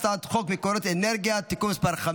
אני קובע כי הצעת חוק עדכון שיעורי תגמולים לנכי רדיפות הנאצים